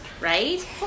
right